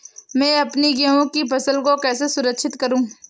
मैं अपनी गेहूँ की फसल को कैसे सुरक्षित करूँ?